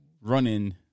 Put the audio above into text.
running